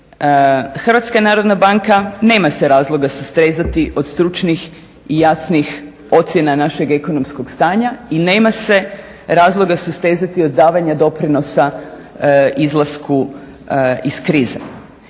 želim reći HNB nema se razloga sustezati od stručnih i jasnih ocjena našeg ekonomskog stanja i nema se razloga sustezati od davanja doprinosa izlasku iz krize.